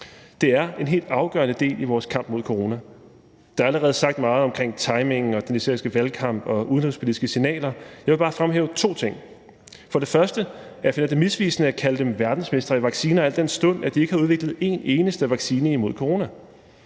Det er en helt afgørende del af vores kamp mod corona. Der er allerede sagt meget om timingen, den israelske valgkamp og udenrigspolitiske signaler. Jeg vil bare fremhæve to ting. For det første finder jeg det misvisende at kalde dem verdensmestre i vacciner, al den stund at de ikke har udviklet en eneste vaccine imod corona.